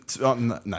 no